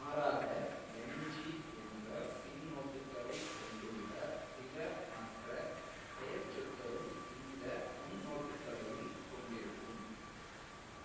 மாறாக என்ஜி என்ற பின்னோட்டுகளைக் கொண்டுள்ள சில மற்ற பெயர்ச்சொற்களும் இந்த முன்னோட்டுகளையும் கொண்டிருக்கும்